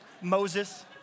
Moses